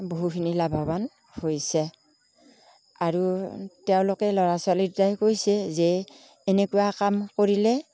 বহুখিনি লাভৱান হৈছে আৰু তেওঁলোকে ল'ৰা ছোৱালী দুটাই কৈছে যে এনেকুৱা কাম কৰিলে